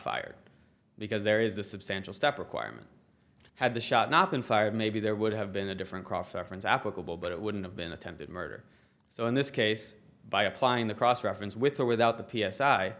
fired because there is a substantial step requirement had the shot not been fired maybe there would have been a different cross efron's applicable but it wouldn't have been attempted murder so in this case by applying the cross reference with or without the p